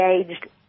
engaged